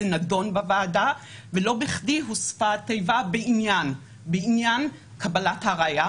זה נדון בוועדה ולא בכדי הוספה התיבה "בעניין קבלת הראיה",